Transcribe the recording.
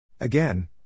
Again